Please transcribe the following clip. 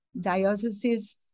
diocese